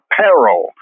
peril